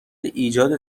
ایجاد